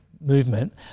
movement